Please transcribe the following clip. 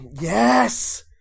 Yes